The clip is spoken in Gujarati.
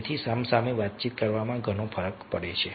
તેથી સામસામે વાતચીત કરવાથી ઘણો ફરક પડે છે